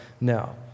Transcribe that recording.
now